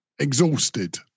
exhausted